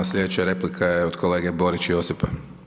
Sljedeća replika je od kolege Borić Josipa.